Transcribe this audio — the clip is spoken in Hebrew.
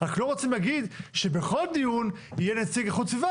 רק לא רוצים להגיד שבכל דיון יהיה נציג איכות סביבה,